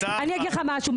אני אגיד לך משהו,